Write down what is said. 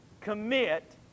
commit